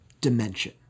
dimension